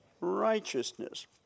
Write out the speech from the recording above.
Righteousness